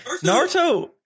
Naruto